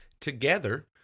together